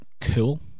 Cool